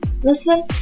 Listen